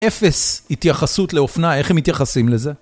אפס התייחסות לאופנה, איך הם מתייחסים לזה?